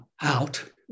out